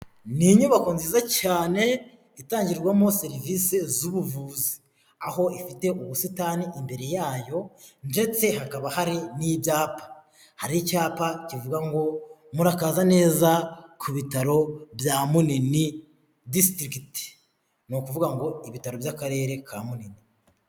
Ni inyubako nziza cyane itangirwamo serivisi z'ubuvuzi aho ifite ubusitani imbere yayo ndetse hakaba hari n'ibyapa, hari icyapa kivuga ngo murakaza neza ku bitaro bya Munini disitirigiti ni ukuvuga ngo ibitaro by'akarere ka Munini.